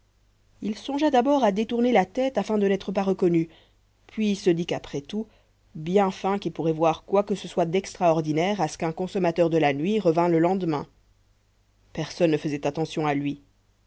il songea d'abord à détourner la tête afin de n'être pas reconnu puis se dit qu'après tout bien fin qui pourrait voir quoi que ce soit d'extraordinaire à ce qu'un consommateur de la nuit revînt le lendemain personne ne faisait attention à lui